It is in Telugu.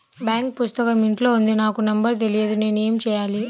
బాంక్ పుస్తకం ఇంట్లో ఉంది నాకు నంబర్ తెలియదు నేను ఏమి చెయ్యాలి?